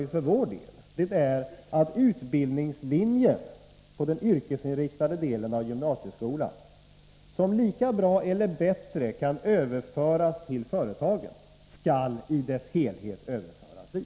Vad vi för vår del har föreslagit är att utbildningslinje på den yrkesinriktade delen av gymnasieskolan, som lika väl, eller bättre, kan överföras till företagen, i dess helhet skall överföras dit.